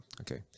Okay